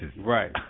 Right